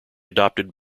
adopted